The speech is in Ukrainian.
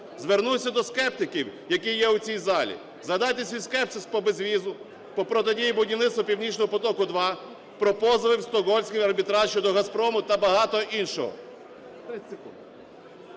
Звернуся до скептиків, які є у цій залі. Згадайте свій скепсис по безвізу, по протидії будівництву "Північного потоку-2", про позови в Стокгольмський арбітраж щодо "Газпрому" та багато іншого.